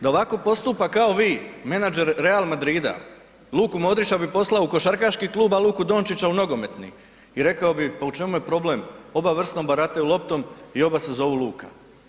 Da ovako postupa kao vi menadžer Real Madrida, Luku Modrića bi poslao u košarkaški klub a Luku Dončića u nogometni i rekao bi pa u čemu je problem, oba vrsno barataju loptom i oba se zovu Luka.